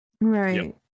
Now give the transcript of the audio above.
Right